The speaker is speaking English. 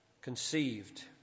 conceived